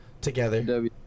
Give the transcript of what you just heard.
together